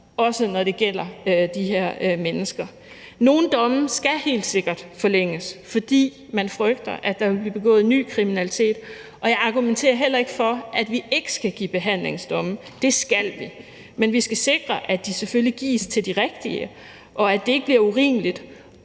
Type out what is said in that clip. også når det gælder de her mennesker. Nogle domme skal helt sikkert forlænges, fordi man frygter, at der vil blive begået ny kriminalitet, og jeg argumenterer heller ikke for, at vi ikke skal give behandlingsdomme – det skal vi – men vi skal sikre, at de selvfølgelig gives til de rigtige, og at det ikke bliver urimeligt